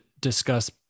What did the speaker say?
discuss